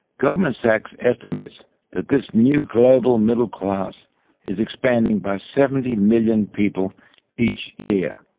goldman sachs estimates that this new global middle class is expanding by seventy million people each year.